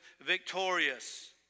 victorious